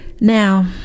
Now